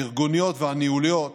הארגוניות והניהוליות